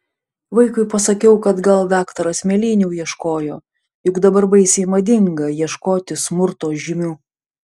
vaikui pasakiau kad gal daktaras mėlynių ieškojo juk dabar baisiai madinga ieškoti smurto žymių